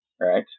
right